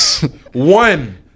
One